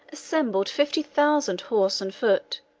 assembled fifty thousand horse and foot,